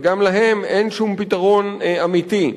וגם להם אין שום פתרון אמיתי.